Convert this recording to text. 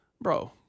Bro